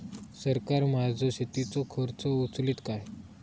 सरकार माझो शेतीचो खर्च उचलीत काय?